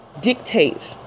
Dictates